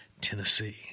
Tennessee